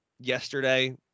yesterday